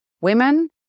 women